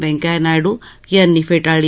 व्यंकय्या नायडू त्यांनी फेटाळली